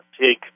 take